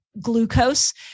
glucose